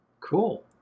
Cool